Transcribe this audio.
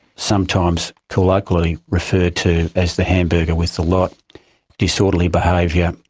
sometimes colloquially referred to as the hamburger with the lot disorderly behaviour,